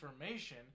information